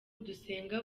dusenga